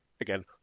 again